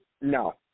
No